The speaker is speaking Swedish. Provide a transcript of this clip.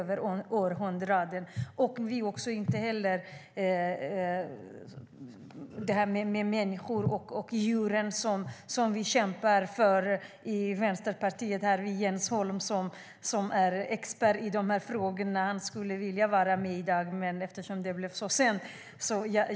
Det ska inte heller ske på bekostnad av människor och djur, som vi kämpar för i Vänsterpartiet. Jens Holm, som är expert i de här frågorna, hade velat vara med i dag men kunde inte eftersom kvällen blev så sen.